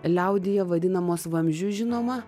liaudyje vadinamos vamzdžiu žinoma